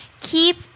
Keep